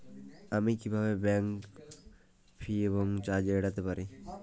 আমি কিভাবে bank fee এবং চার্জ এড়াতে পারি?